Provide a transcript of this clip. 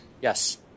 Yes